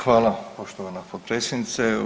Hvala poštovana potpredsjedniče.